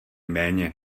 méně